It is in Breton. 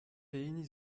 pehini